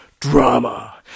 drama